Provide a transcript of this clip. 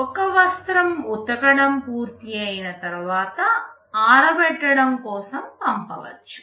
ఒక వస్త్రం ఉతకడం పూర్తయిన తర్వాత ఆరబెట్టడం కోసం పంపవచ్చు